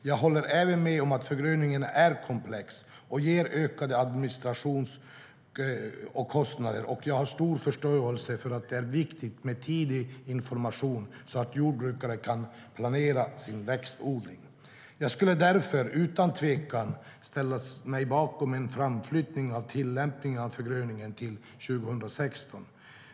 Jag håller även med om att förgröningen är komplex och ger ökad administration och ökade kostnader, och jag har stor förståelse för att det är viktigt med tidig information så att jordbrukare kan planera sin växtodling. Jag skulle därför, utan tvekan, ställa mig bakom en framflyttning av tillämpningen av förgröningen till 2016.